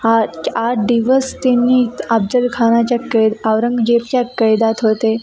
आ आठ दिवस त्यांनी अफजल खानाच्या कै औरंगजेबच्या कैदात होते